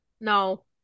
No